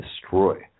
destroy